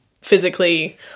physically